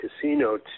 casino